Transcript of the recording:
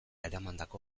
eramandako